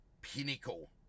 pinnacle